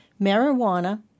Marijuana